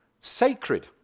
sacred